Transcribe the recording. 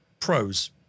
pros